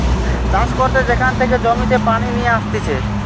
চাষ করতে যেখান থেকে জমিতে পানি লিয়ে আসতিছে